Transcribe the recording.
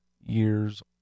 years